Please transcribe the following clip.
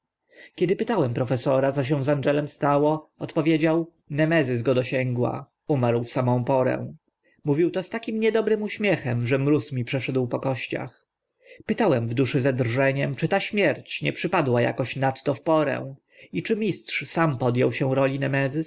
kiedy pytałem profesora co się z angelem stało odpowiedział nemezis go dosięgła umarł w samą porę mówił to z takim niedobrym uśmiechem że mróz mi przeszedł po kościach pytałem w duszy ze drżeniem czy ta śmierć nie przypadła akoś nadto w porę i czy nie mistrz sam pod ął się roli